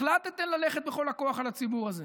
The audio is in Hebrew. החלטתם ללכת בכל הכוח על הציבור הזה.